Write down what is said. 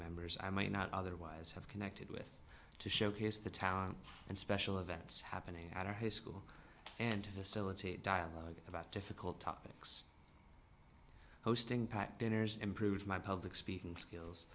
members i might not otherwise have connected with to showcase the town and special events happening at our high school and to facilitate dialogue about difficult topics hosting packed dinners improved my public speaking skills